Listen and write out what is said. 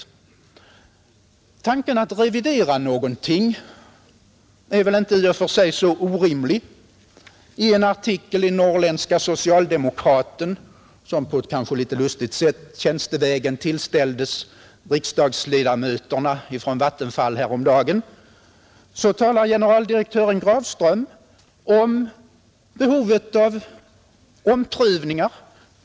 Tanken att revidera en överenskommelse är väl i och för sig inte så orimlig. I en artikel i Norrländska Socialdemokraten, som på ett kanske litet lustigt sätt tjänstevägen tillställdes riksdagsledamöterna från Vattenfall häromdagen, talar generaldirektören Grafström om behovet av omprövningar.